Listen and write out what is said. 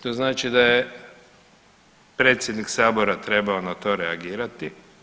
To znači da je predsjednik sabora trebao na to reagirati.